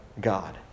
God